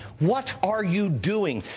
what are you doing?